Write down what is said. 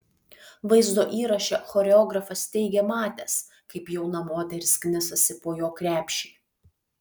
vaizdo įraše choreografas teigė matęs kaip jauna moteris knisasi po jo krepšį